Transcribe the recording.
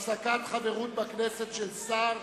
(הפסקת חברות בכנסת של שר)